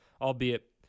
albeit